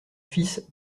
fils